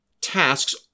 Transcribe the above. tasks